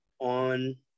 on